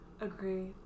Agree